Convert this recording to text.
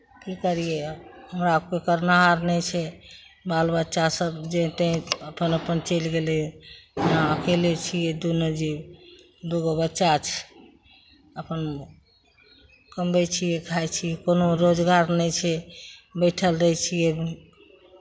की करियै हमरा कोइ करनाहार नहि छै बाल बच्चा सभ जे छै अपन अपन चलि गेलै यहाँ अकेले छियै दुनू जीव दू गो बच्चा छै अपन कमबै छियै खाइ छियै कोनो रोजगार नहि छै बैठल रहै छियै